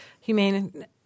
Humane